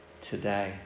today